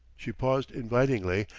she paused invitingly,